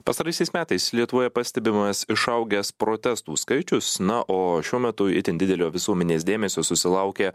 pastaraisiais metais lietuvoje pastebimas išaugęs protestų skaičius na o šiuo metu itin didelio visuomenės dėmesio susilaukė